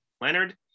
leonard